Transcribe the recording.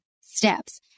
steps